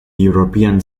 european